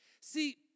See